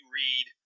read